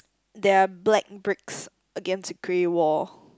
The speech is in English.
there're black bricks against a grey wall